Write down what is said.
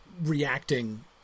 reacting